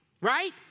right